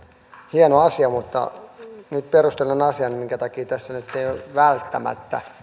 hieno asia mutta nyt perustelen asian minkä takia tässä nyt ei ole välttämättä